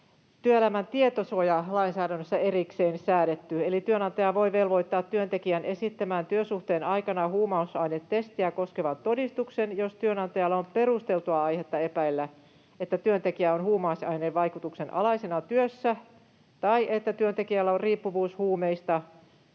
työelämän tietosuojalainsäädännössä erikseen säädetty. Eli työnantaja voi velvoittaa työntekijän esittämään työsuhteen aikana huumausainetestiä koskevan todistuksen, jos työnantajalla on perusteltua aihetta epäillä, että työntekijä on huumausaineen vaikutuksen alaisena työssä tai että työntekijällä on riippuvuus huumeista,